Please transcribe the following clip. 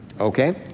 Okay